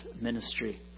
ministry